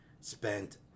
spent